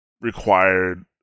required